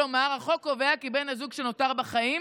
כלומר החוק קובע כי בן הזוג שנותר בחיים